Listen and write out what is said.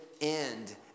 end